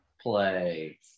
Play